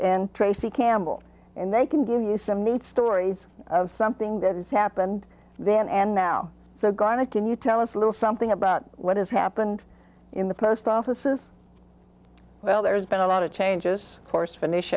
in tracy campbell and they can give you some neat stories of something that has happened then and now so gonna can you tell us a little something about what has happened in the post office is well there's been a lot of changes course finish